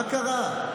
מה קרה?